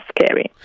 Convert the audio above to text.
scary